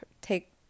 take